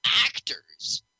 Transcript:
actors